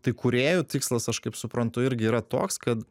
tai kūrėjų tikslas aš kaip suprantu irgi yra toks kad